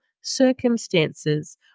circumstances